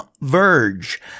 Verge